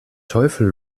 teufel